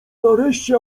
nareszcie